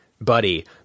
Buddy